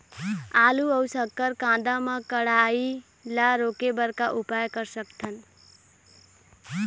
आलू अऊ शक्कर कांदा मा कढ़ाई ला रोके बर का उपाय कर सकथन?